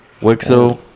Wixo